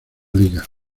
liga